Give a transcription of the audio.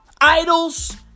Idols